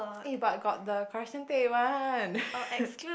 eh but got the correction tape one